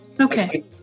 okay